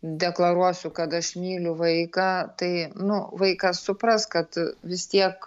deklaruosiu kad aš myliu vaiką tai nu vaikas supras kad vis tiek